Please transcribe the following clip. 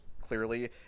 clearly